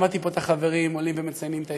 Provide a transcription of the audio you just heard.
שמעתי פה את החברים עולים ומציינים את ההישגים,